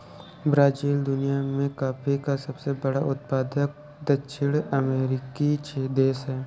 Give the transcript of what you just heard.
Brazil दुनिया में coffee का सबसे बड़ा उत्पादक दक्षिणी अमेरिकी देश है